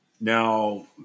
Now